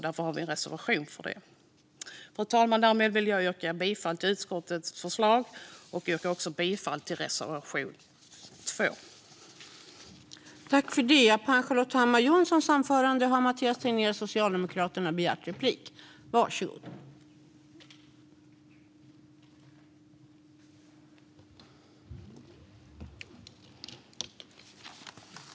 Därför har vi fogat en reservation till betänkandet. Fru talman! Jag yrkar bifall till utskottets förslag under punkterna 1 och 2, och jag yrkar också bifall till reservation 2 under punkt 3.